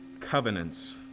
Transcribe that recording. covenants